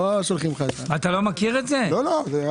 צוהריים טובים.